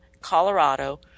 Colorado